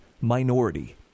minority